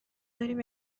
داریم